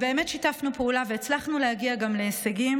שיתפנו פעולה והצלחנו להגיע גם להישגים